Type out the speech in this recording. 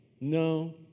No